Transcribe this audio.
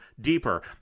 deeper